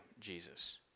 Jesus